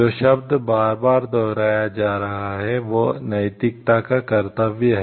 जो शब्द बार बार दोहराया जा रहा है वह नैतिकता का कर्तव्य है